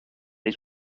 les